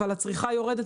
אבל הצריכה יורדת,